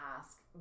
ask